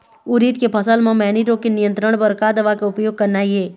उरीद के फसल म मैनी रोग के नियंत्रण बर का दवा के उपयोग करना ये?